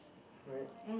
right